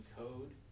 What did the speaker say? code